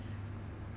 lor